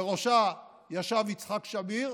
בראשה ישב יצחק שמיר,